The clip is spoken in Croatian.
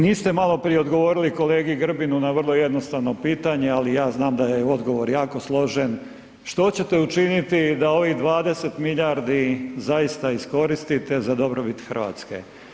Niste maloprije odgovorili kolegi Grbinu na vrlo jednostavno pitanje ali ja znam da je odgovor jako složen, što ćete učiniti da ovih 20 milijardi zaista iskoristite za dobrobit Hrvatske?